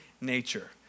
nature